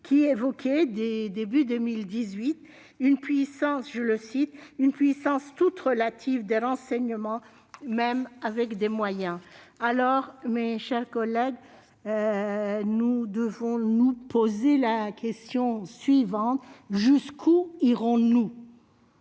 qui évoquait dès le début de l'année 2018 la « puissance toute relative des renseignements, même avec des moyens ». Mes chers collègues, nous devons nous poser la question suivante : jusqu'où irons-nous ?